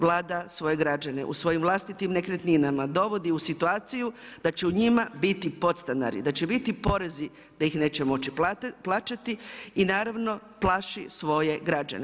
Vlada svoje građane u svojim vlastitim nekretninama dovodi u situaciju da će u njima biti podstanari, da će biti porezi, da ih neće moći plaćati i naravno, plaši svoje građane.